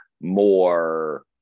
more